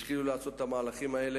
וכבר התחילו לעשות את המהלכים האלה.